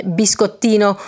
biscottino